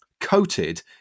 coated